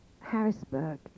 Harrisburg